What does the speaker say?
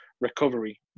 recovery